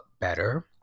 better